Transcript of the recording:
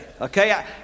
okay